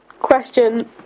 question